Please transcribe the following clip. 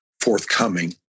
forthcoming